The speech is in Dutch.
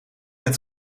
het